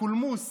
הקולמוס